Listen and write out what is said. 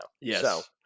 Yes